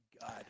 God